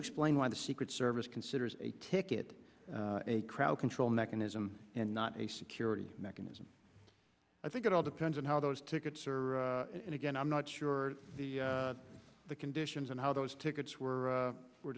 explain why the secret service considers a ticket a crowd control mechanism and not a security mechanism i think it all depends on how those tickets are and again i'm not sure the conditions and how those tickets were were